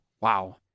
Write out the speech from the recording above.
Wow